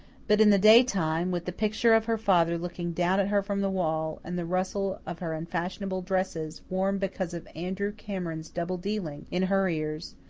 but in the daytime, with the picture of her father looking down at her from the wall, and the rustle of her unfashionable dresses, worn because of andrew cameron's double dealing, in her ears,